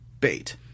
bait